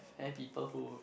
then people who